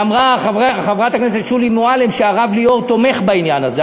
ואמרה חברת הכנסת שולי מועלם שהרב ליאור תומך בעניין הזה.